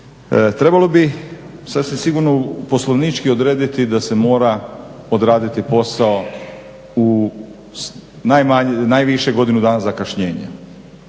Trebalo bi sasvim sigurno poslovnički odrediti da se mora odraditi posao u najviše godinu dana zakašnjenja.